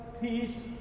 peace